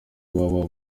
www